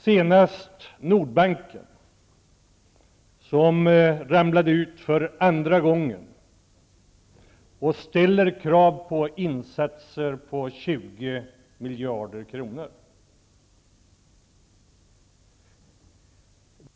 Senast var det Nordbanken som så att säga ramlade ut för andra gången. Detta ställer krav på insatser på 20 miljarder kronor.